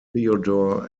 theodore